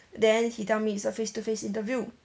then he tell me it's a face to face interview